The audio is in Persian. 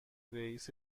رئیس